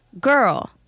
Girl